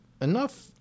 enough